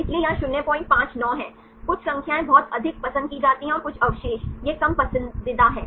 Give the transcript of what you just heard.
इसलिए यहां यह 059 है कुछ संख्याएं बहुत अधिक पसंद की जाती हैं और कुछ अवशेष यह कम पसंदीदा हैं